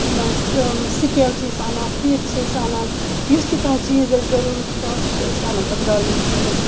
سہُ سِکیل چھِ أسۍ اَنان فیٖتہٕ چھِ أسۍ اَنان یُس تہِ کانٛہہ چیٖز اَسہِ ضوٚروٗرَت چھُ پٮ۪وان سہُ چھِ أسۍ اَنان تَتھ گارمنٹَس مَنٛز